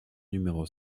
numéro